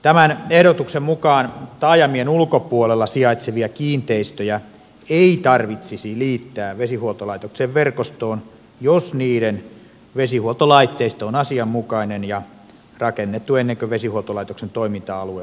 tämän ehdotuksen mukaan taajamien ulkopuolella sijaitsevia kiinteistöjä ei tarvitsisi liittää vesihuoltolaitoksen verkostoon jos niiden vesihuoltolaitteisto on asianmukainen ja rakennettu ennen kuin vesihuoltolaitoksen toiminta alue on hyväksytty